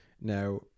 now